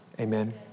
Amen